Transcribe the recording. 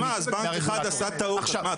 אז מה, אז בנק אחד עשה טעות, אז מה?